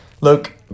look